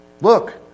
Look